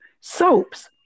soaps